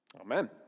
Amen